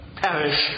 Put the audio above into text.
perish